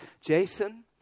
Jason